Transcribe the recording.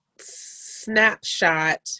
snapshot